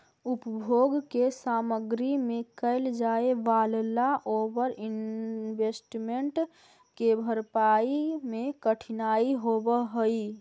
उपभोग के सामग्री में कैल जाए वालला ओवर इन्वेस्टमेंट के भरपाई में कठिनाई होवऽ हई